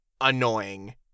annoying